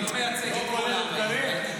אתה לא מייצג את כל העם היהודי, אל תתבלבל.